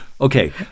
Okay